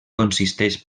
consisteix